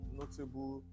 notable